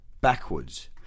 backwards